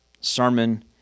sermon